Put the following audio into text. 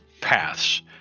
paths